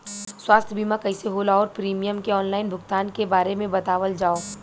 स्वास्थ्य बीमा कइसे होला और प्रीमियम के आनलाइन भुगतान के बारे में बतावल जाव?